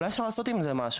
אז אולי אפשר לעשות עם זה משהו.